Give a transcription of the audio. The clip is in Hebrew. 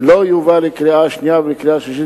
לא יובא לקריאה השנייה ולקריאה השלישית